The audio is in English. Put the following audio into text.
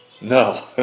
No